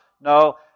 No